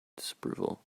disapproval